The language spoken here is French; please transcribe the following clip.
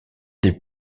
des